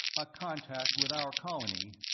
a contact with our colony,